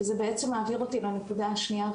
זה בעצם מעביר אותי לנקודה השנייה,